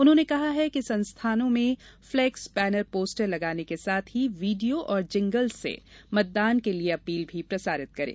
उन्होंने कहा है कि संस्थानों में फ्लेक्स बैनर पोस्टर लगाने के साथ ही वीडियो और जिंगल्स से मतदान के लिये अपील भी प्रसारित करें